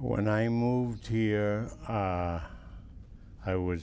when i moved here i was